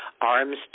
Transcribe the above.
arms